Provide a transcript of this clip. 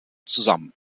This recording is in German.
zusammen